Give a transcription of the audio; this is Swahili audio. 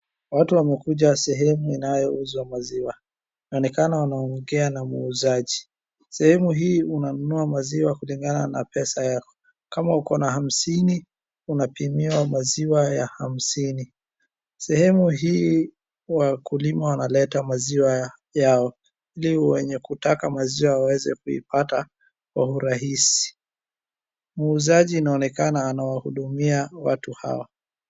Watu wamekuja sehemu inayouzwa maziwa inaonekana wanaongea na muuzaji sehemu hii unanunua maziwa kulingana na pesa yako. Kama uko na hamsini unapimiwa maziwa ya hamsini. Sehemu hii huwa wakulima wanaleta maziwa yao ili wenye kutaka maziwa waweze kuipata kwa urahisi muuzaji inaonekana anawahudumia watu hawa.